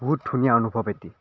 বহুত ধুনীয়া অনুভৱ এটি